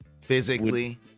Physically